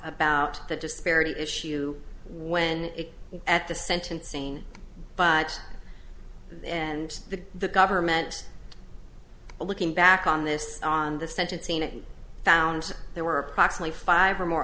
about the disparity issue when it at the sentencing but and the the government looking back on this on the sentencing and found there were approximately five or more